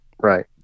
Right